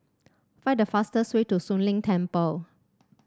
find the fastest way to Soon Leng Temple